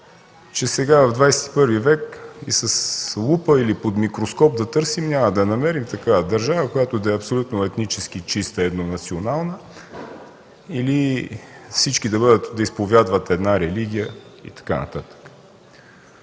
че сега в ХХІ век и с лупа или под микроскоп да търсим няма да намерим такава държава, която да е абсолютно етнически чиста, еднонационална, или всички да изповядват една религия и така нататък.